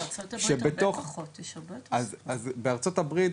בארצות הברית